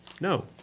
no